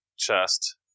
chest